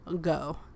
go